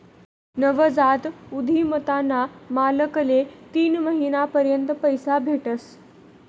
नवजात उधिमताना मालकले तीन महिना पर्यंत पैसा भेटस